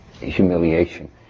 humiliation